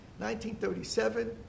1937